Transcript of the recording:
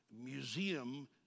museum